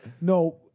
no